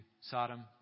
Sodom